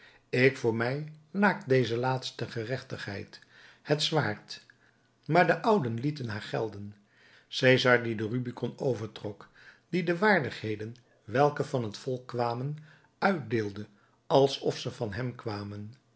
ik voor mij laak deze laatste gerechtigheid het zwaard maar de ouden lieten haar gelden cesar die den rubicon overtrok die de waardigheden welke van het volk kwamen uitdeelde alsof ze van hem kwamen